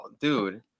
Dude